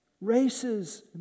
races